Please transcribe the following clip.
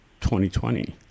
2020